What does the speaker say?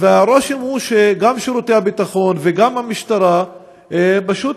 הרושם הוא שגם שירותי הביטחון וגם המשטרה פשוט